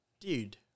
dude